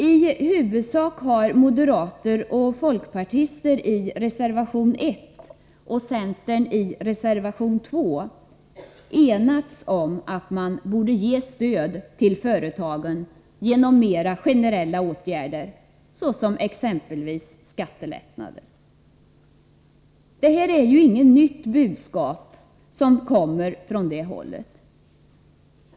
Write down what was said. I huvudsak har moderater och folkpartister i reservation 1 och centern i reservation 2 enats om att man borde ge stöd till företagen genom mera generella åtgärder, exempelvis skattelättnader. Det är ju inget nytt budskap som kommer från det här hållet.